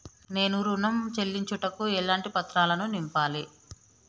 నేను ఋణం చెల్లించుటకు ఎలాంటి పత్రాలను నింపాలి?